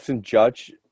judge